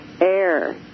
air